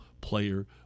player